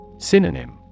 Synonym